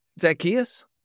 Zacchaeus